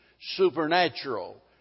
supernatural